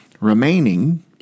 remaining